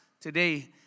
today